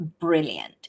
brilliant